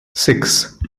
six